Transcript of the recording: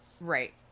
Right